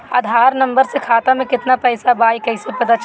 आधार number से खाता में केतना पईसा बा ई क्ईसे पता चलि?